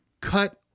cut